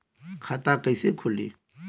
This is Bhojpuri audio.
खाता कइसे खुली?